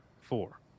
four